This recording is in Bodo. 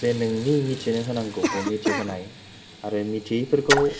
जे नोंनि मिथिनो होनांगौखौ मिथि होनाय आरो मिथियैफोरखौ